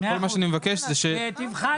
מה שאני מבקש שבהמשך,